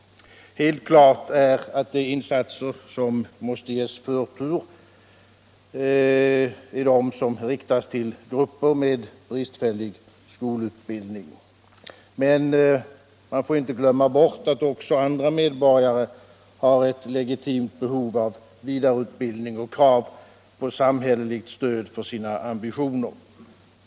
Helt klart är att de insatser som måste ges förtur är de som riktas till grupper med bristfällig skolutbildning. Men man får inte glömma bort att också andra medborgare har ett legitimt behov av vidareutbildning och krav på samhälleligt stöd för sina ambitioner.